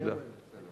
תודה.